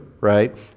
right